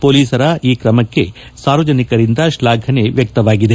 ಪೊಲೀಸರು ಈ ಕ್ರಮಕ್ಕೆ ಸಾರ್ವಜನಿಕರಿಂದ ಶ್ಲಾಘನೆ ವ್ಯಕ್ತವಾಗಿದೆ